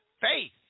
faith